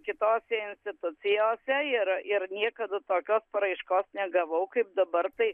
kitose institucijose ir ir niekada tokios paraiškos negavau kaip dabar tai